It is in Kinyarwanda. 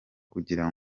kugira